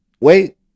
wait